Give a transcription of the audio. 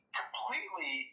completely